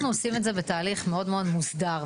אנחנו עושים את זה בתהליך מאוד מאוד מוסדר,